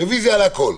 רוויזיה על הכול.